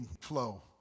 flow